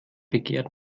begehrt